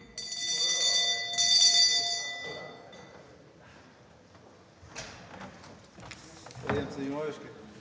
hvorfor